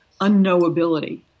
unknowability